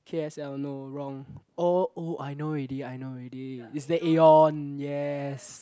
K_S_L no wrong orh oh I know already I know already it's the Aeon yes